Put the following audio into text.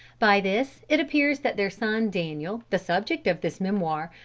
by this it appears that their son daniel, the subject of this memoir,